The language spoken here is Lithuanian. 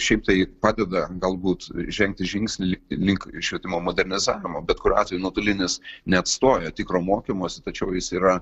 šiaip tai padeda galbūt žengti žingsnį lik link švietimo modernizavimo bet kuriuo atveju nuotolinis neatstoja tikro mokymosi tačiau jis yra